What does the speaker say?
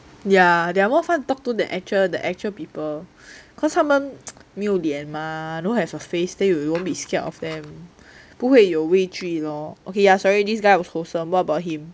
ya they are more fun to talk to than actual the actual people cause 他们没有脸 mah don't have a face then you you won't be scared of them 不会有畏惧 lor okay ya sorry this guy was wholesome what about him